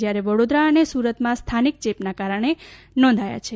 જયારે વડોદરા અને સુરતમાં સ્થાનિક ચેપના કારણે નોંધાયો છે